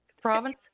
province